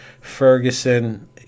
Ferguson